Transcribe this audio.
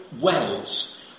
wells